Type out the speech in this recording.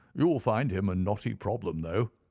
you'll find him a knotty problem, though.